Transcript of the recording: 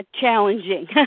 challenging